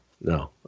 no